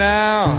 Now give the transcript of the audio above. now